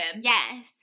yes